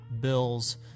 bills